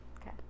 Okay